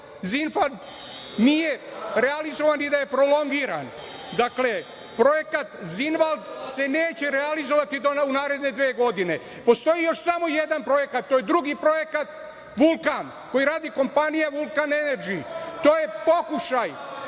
„Zinvald“ nije realizovan i da je prolongiran. Dakle, projekat „Zinvald“ se neće realizovani u naredne dve godine postoji još samo jedan projekat, a to je drugi projektat „Vulkan“ koja radi kompanija „Vulkan Energy“ to je pokušaj